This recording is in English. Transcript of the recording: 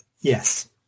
yes